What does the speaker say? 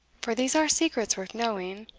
for these are secrets worth knowing.